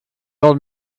old